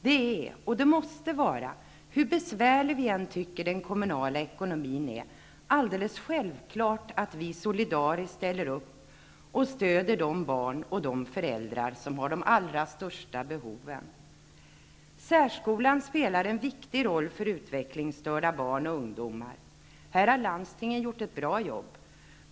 Det är, och det måste vara, hur besvärlig vi än tycker den kommunala ekonomin är, alldeles självklart att vi solidariskt ställer upp och stödjer de barn och de föräldrar som har de allra största behoven. Särskolan spelar en viktig roll för utvecklingsstörda barn och ungdomar. Här har landstingen gjort ett bra jobb.